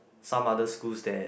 some others schools that